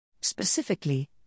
Specifically